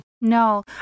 No